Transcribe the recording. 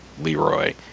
Leroy